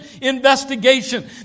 investigation